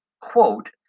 quote